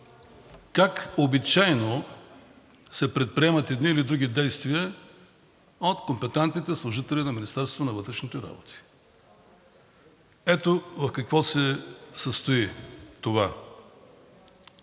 как обичайно се предприемат едни или други действия от компетентните служители на Министерството на вътрешните работи. Ето в какво се състои това.